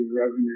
revenue